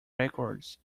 records